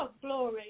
glory